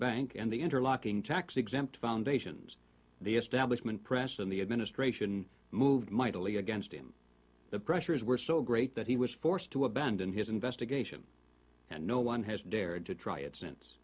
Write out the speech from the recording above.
bank and the interlocking tax exempt foundations the establishment press in the administration moved mightily against him the pressures were so great that he was forced to abandon his investigation and no one has dared to try it s